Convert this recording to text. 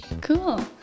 Cool